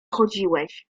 chodziłeś